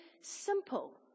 simple